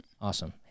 Awesome